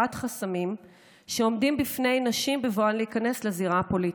חסמים שעומדים בפני נשים בבואן להיכנס לזירה הפוליטית,